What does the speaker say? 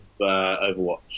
Overwatch